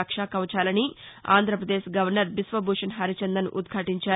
రక్షా కవచాలని ఆంధ్రప్రదేశ్ గవర్నర్ బిశ్వభూషణ్ హరిచందన్ ఉద్యాటించారు